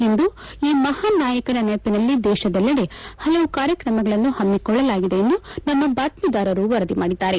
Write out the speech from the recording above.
ಇಂದು ಈ ಮಹಾನ್ ನಾಯಕನ ನೆನಪಿನಲ್ಲಿ ದೇಶದೆಲ್ಲಡೆ ಪಲವು ಕಾರ್ಯಕ್ರಮಗಳನ್ನು ಹಮ್ಮಿಕೊಳ್ಳಲಾಗಿದೆ ಎಂದು ನಮ್ಮ ಬಾತ್ಮೀದಾರರು ವರದಿ ಮಾಡಿದ್ದಾರೆ